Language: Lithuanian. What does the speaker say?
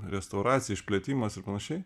restauracija išplėtimas ir panašiai